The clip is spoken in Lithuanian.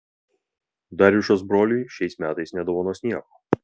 darjušas broliui šiais metais nedovanos nieko